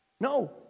No